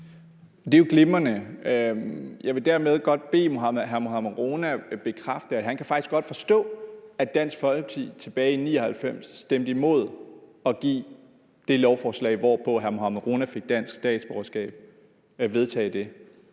Det er jo glimrende. Jeg vil dermed godt bede hr. Mohammad Rona bekræfte, at han faktisk godt kan forstå, at Dansk Folkeparti tilbage i 1999 stemte imod at vedtage det lovforslag, hvorpå hr. Mohammad Rona fik dansk statsborgerskab. For hr.